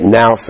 now